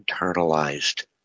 internalized